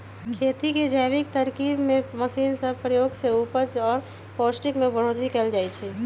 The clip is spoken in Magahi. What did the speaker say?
खेती के जैविक तरकिब में मशीन सब के प्रयोग से उपजा आऽ पौष्टिक में बढ़ोतरी कएल जाइ छइ